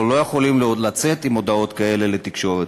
אנחנו לא יכולים לצאת עם הודעות כאלה לתקשורת.